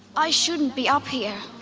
i shouldn't be up here.